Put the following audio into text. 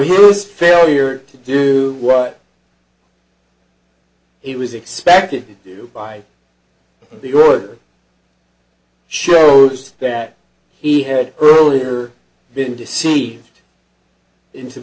here is failure to do right he was expected to do by the order shows that he had earlier been deceived into